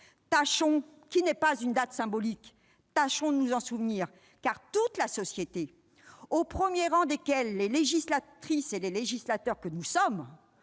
enfants, qui n'est pas qu'une date symbolique, tâchons de nous en souvenir ! Toute la société, au premier rang de laquelle les législatrices et législateurs que nous sommes,